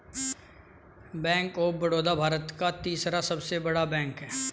bank of Baroda Bharat का तीसरा सबसे बड़ा बैंक हैं